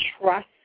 trust